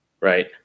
Right